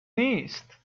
نیست